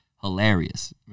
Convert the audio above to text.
hilarious